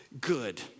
good